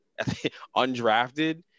undrafted